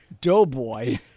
Doughboy